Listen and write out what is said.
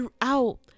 throughout